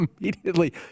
immediately